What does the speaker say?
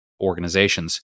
organizations